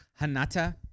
Hanata